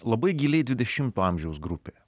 labai giliai dvidešimto amžiaus grupė